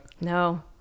No